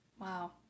Wow